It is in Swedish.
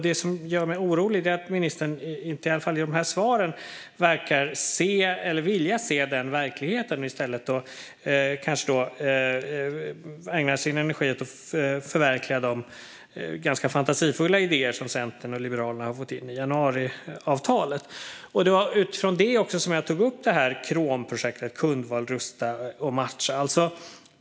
Det som gör mig orolig är att ministern, åtminstone inte i detta svar, inte verkar se eller vilja se denna verklighet utan i stället kanske ägnar sin energi åt att förverkliga de ganska fantasifulla idéer som Centern och Liberalerna har fått in i januariavtalet. Det var utifrån detta som jag tog upp KROM-projektet - Kundval rusta och matcha.